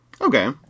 Okay